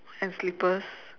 and slippers